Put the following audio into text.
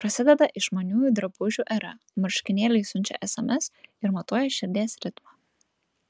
prasideda išmaniųjų drabužių era marškinėliai siunčia sms ir matuoja širdies ritmą